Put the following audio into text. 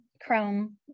Chrome